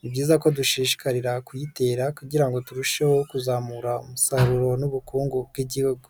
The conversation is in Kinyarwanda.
ni byiza ko dushishikarira kuyitera kugira ngo turusheho kuzamura umusaruro n'ubukungu bw'Igihugu.